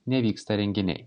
nevyksta renginiai